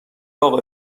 اقا